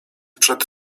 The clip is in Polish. przed